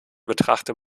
betrachte